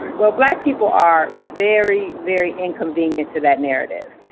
well, black people are very, very inconvenient to that narrative.